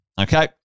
okay